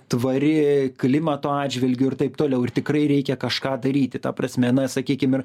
tvari klimato atžvilgiu ir taip toliau ir tikrai reikia kažką daryti ta prasme na sakykim ir